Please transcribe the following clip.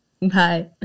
Bye